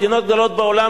מדינות גדולות בעולם,